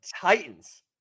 Titans